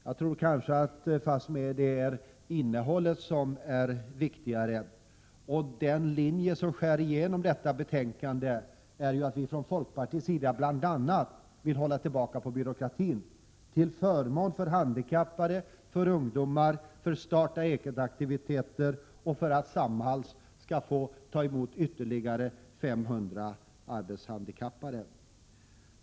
Jag tror att innehållet i våra förslag är viktigast. Den linje som skär igenom detta betänkande är att vi från folkpartiet bl.a. vill hålla tillbaka byråkratin till förmån för handikappade, ungdomar, starta eget-aktiviteter och för att Samhall skall få ta emot ytterligare 500 arbetshandikappade.